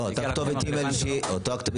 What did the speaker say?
לאותה כתובת אי-מייל שרשומה.